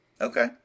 Okay